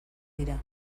dira